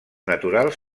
naturals